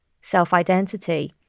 self-identity